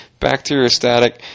bacteriostatic